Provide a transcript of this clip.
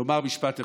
לומר משפט אחד.